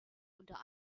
unter